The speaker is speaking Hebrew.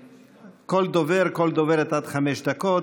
כל דובר, כל דוברת, עד חמש דקות.